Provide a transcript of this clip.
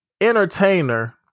entertainer